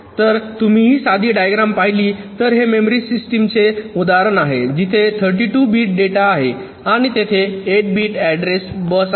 तर तुम्ही ही साधी डायग्राम पाहिली तर हे मेमरी सिस्टमचे उदाहरण आहे जिथे 32 बिट डेटा आहे आणि तेथे 8 बिट अॅड्रेस बस आहे